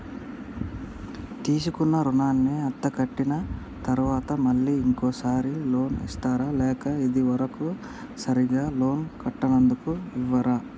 తీసుకున్న రుణాన్ని అత్తే కట్టిన తరువాత మళ్ళా ఇంకో సారి లోన్ ఇస్తారా లేక ఇది వరకు సరిగ్గా లోన్ కట్టనందుకు ఇవ్వరా?